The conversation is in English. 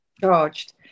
charged